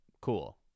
cool